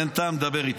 אין טעם לדבר איתו.